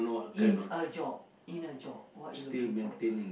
in a job in a job what you looking for